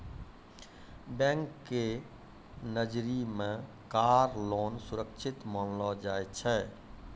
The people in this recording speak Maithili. बैंक के नजरी मे कार लोन सुरक्षित मानलो जाय छै